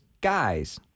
guys